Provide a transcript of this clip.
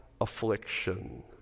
affliction